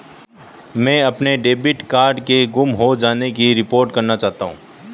मैं अपने debit card के गुम हो जाने की रिपोर्ट करना चाहता हूँ